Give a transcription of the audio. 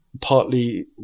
partly